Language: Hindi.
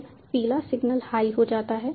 फिर पीला सिग्नल हाई हो जाता है